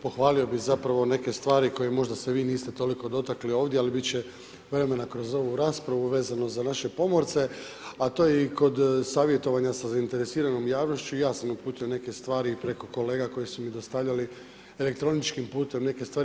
Pohvali bih zapravo neke stvari koje možda se vi niste toliko dotakli ovdje, ali biti će vremena kroz ovu raspravu vezano za naše pomorce, a to je i kod savjetovanja sa zainteresiranom javnošću i ja sam uputio neke stvari preko kolega koje su mi dostavljali elektroničkim putem, neke stvari.